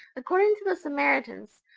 according to the samaritans,